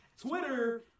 Twitter